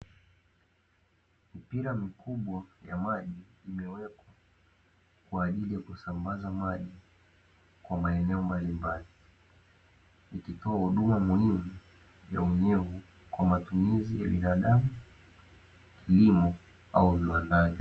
Mipira mikubwa ya maji imewekwa kwa ajili ya kusambaza maji kwa maeneo mbalimbali, ikitoa huduma muhimu ya unyevu kwa matumizi ya binadamu, kilimo au viwandani.